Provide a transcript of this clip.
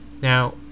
now